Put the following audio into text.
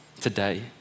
today